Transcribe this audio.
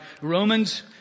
Romans